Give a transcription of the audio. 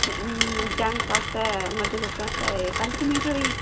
gents आस्तै मर्द लोकें ए आस्तै पैंट कमीच होई